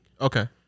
okay